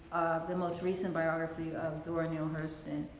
the most recent biography, of zora neale hurston.